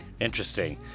Interesting